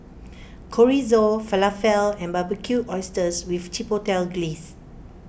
Chorizo Falafel and Barbecued Oysters with Chipotle Glaze